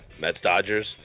Mets-Dodgers